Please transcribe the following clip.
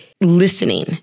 listening